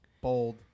Bold